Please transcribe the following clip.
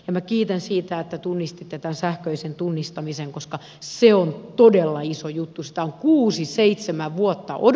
minä kiitän siitä että tunnistittetasähköisen tunnistamisen koska se on todella iso jutusta uusi seitsemän vuotta ovat